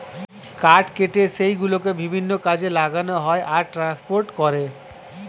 কাঠ কেটে সেই গুলোকে বিভিন্ন কাজে লাগানো হয় আর ট্রান্সপোর্ট করে